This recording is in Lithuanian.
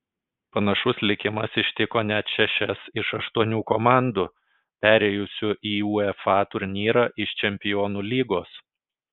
panašus likimas ištiko net šešias iš aštuonių komandų perėjusių į uefa turnyrą iš čempionų lygos